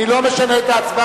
אני לא משנה את ההצבעה.